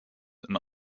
and